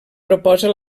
proposa